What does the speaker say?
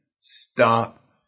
stop